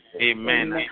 Amen